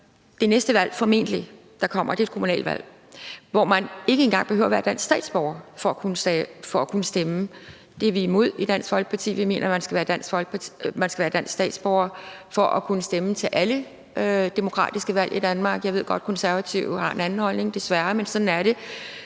Det næste valg – formentlig – der kommer, er kommunalvalget, hvor man ikke engang behøver at være dansk statsborger for at kunne stemme. Det er vi imod i Dansk Folkeparti. Vi mener, man skal være dansk statsborger for at kunne stemme til alle demokratiske valg i Danmark. Jeg ved godt, at Konservative har en anden holdning, desværre, sådan er det,